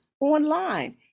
online